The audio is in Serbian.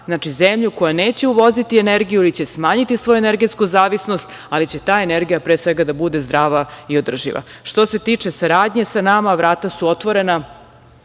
Znači, zemlju koja neće uvoziti energiju ili će smanjiti svoju energetsku zavisnost, ali će ta energija pre svega da bude zdrava i održiva. Što se tiče saradnje sa nama, vrata su otvorena.